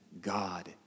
God